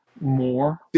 more